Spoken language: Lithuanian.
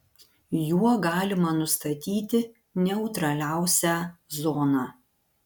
juo galima nustatyti neutraliausią zoną